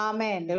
Amen